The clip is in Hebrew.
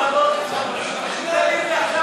אבל אני לא,